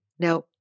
Now